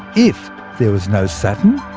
if there was no saturn,